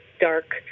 dark